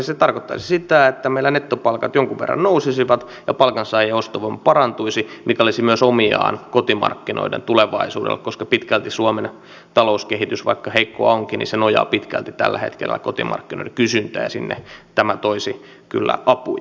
se tarkoittaisi sitä että meillä nettopalkat jonkun verran nousisivat ja palkansaajien ostovoima parantuisi mikä olisi myös omiaan kotimarkkinoiden tulevaisuudelle koska suomen talouskehitys vaikka heikkoa onkin nojaa pitkälti tällä hetkellä kotimarkkinoiden kysyntään ja sinne tämä toisi kyllä apuja